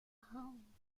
home